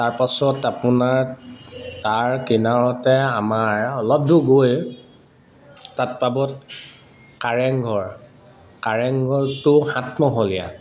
তাৰপাছত আপোনাৰ তাৰ কিনাৰতে আমাৰ অলপ দূৰ গৈ তাত পাব কাৰেংঘৰ কাৰেংঘৰটো সাতমহলীয়া